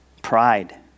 pride